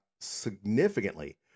significantly